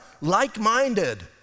like-minded